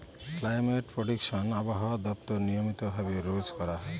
climate prediction আবহাওয়া দপ্তর নিয়মিত ভাবে রোজ করা হয়